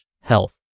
health